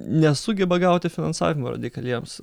nesugeba gauti finansavimo radikaliems